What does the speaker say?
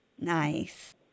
Nice